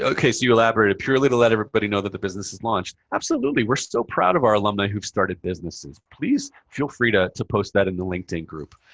ok. so you elaborated. purely to let everybody know that the business has launched. absolutely. we're so proud of our alumni who've started businesses. please feel free to to post that in the linkedin group.